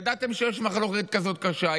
ידעתם שיש מחלוקת כזאת קשה.